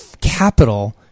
capital